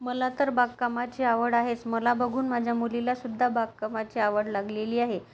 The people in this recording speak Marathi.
मला तर बागकामाची आवड आहेच मला बघून माझ्या मुलीलासुद्धा बागकामाची आवड लागलेली आहे